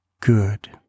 good